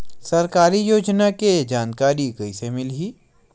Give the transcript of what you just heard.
सरकारी योजना के जानकारी कइसे मिलही?